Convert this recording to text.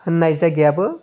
होननाय जायगायाबो